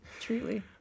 truly